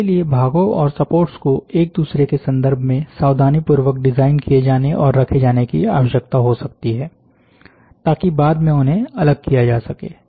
इसके लिए भागों और सपोर्ट्स को एक दूसरे के संदर्भ मे सावधानीपूर्वक डिजाइन किये जाने और रखे जाने की आवश्यकता हो सकती है ताकि बाद में उन्हें अलग किया जा सके